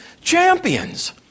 champions